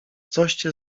coście